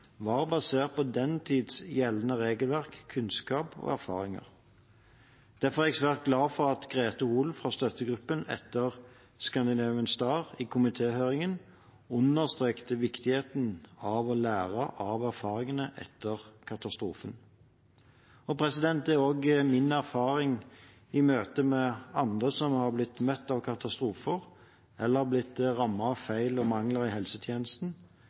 var basert på den tids gjeldende regelverk, kunnskap og erfaringer. Derfor er jeg svært glad for at Grete Holen fra Støttegruppen for overlevende og etterlatte etter «Scandinavian Star» i komitéhøringen understreket viktigheten av å lære av erfaringene etter katastrofen. Det er også min erfaring i møte med andre som har blitt rammet av katastrofer, eller har blitt rammet av feil og mangler i helsetjenesten,